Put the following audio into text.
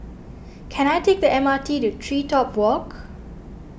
can I take the M R T to TreeTop Walk